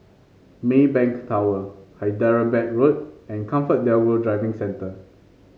Maybank Tower Hyderabad Road and ComfortDelGro Driving Centre